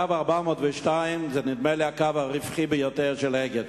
נדמה לי שקו 402 הוא הקו הרווחי ביותר של "אגד",